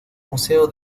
museo